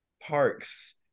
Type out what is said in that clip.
parks